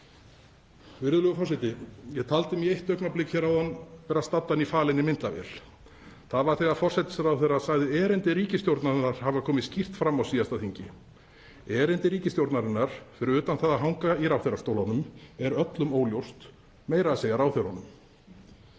Virðulegur forseti. Ég taldi mig í eitt augnablik hér áðan vera staddan í falinni myndavél. Það var þegar forsætisráðherra sagði erindi ríkisstjórnarinnar hafa komið skýrt fram á síðasta þingi. Erindi ríkisstjórnarinnar, fyrir utan það að hanga í ráðherrastólunum, er öllum óljóst, meira að segja ráðherranum.